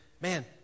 Man